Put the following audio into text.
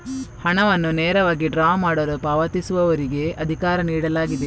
ಹಣವನ್ನು ನೇರವಾಗಿ ಡ್ರಾ ಮಾಡಲು ಪಾವತಿಸುವವರಿಗೆ ಅಧಿಕಾರ ನೀಡಲಾಗಿದೆ